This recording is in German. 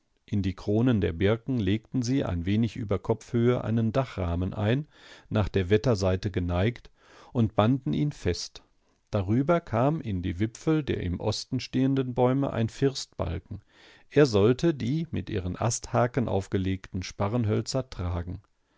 in die kronen der birken legten sie ein wenig über kopfhöhe einen dachrahmen ein nach der wetterseite geneigt und banden ihn fest darüber kam in die wipfel der im osten stehenden bäume ein firstbalken er sollte die mit ihren asthaken aufgelegten sparrenhölzer tragen